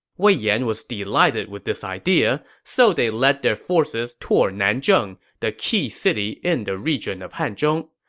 wei yan was delighted with this idea, so they led their forces toward nanzheng, the key city in the region of hanzhong.